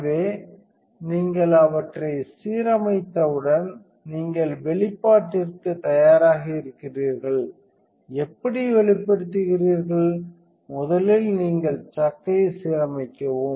எனவே நீங்கள் அவற்றை சீரமைத்தவுடன் நீங்கள் வெளிப்பாட்டிற்குத் தயாராக இருக்கிறீர்கள் எப்படி வெளிப்படுத்துகிறீர்கள் முதலில் நீங்கள் சக்கைத் சீரமைக்கவும்